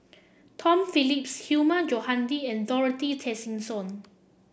Tom Phillips Hilmi Johandi and Dorothy Tessensohn